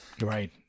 Right